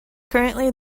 currently